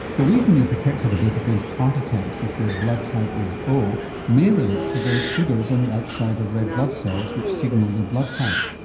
the reason you're protected a bit against heart attacks if your blood type is o may relate to those sugars on the outside of red blood cells which signal your blood type.